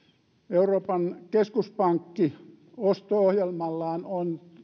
euroopan keskuspankki osto ohjelmallaan on